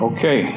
Okay